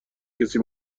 کسی